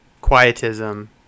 quietism